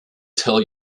tell